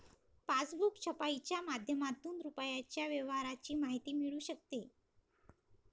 passbook छपाईच्या माध्यमातून रुपयाच्या व्यवहाराची माहिती मिळू शकते